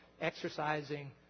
exercising